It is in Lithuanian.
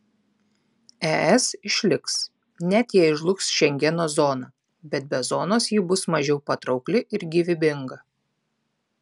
es išliks net jei žlugs šengeno zona bet be zonos ji bus mažiau patraukli ir gyvybinga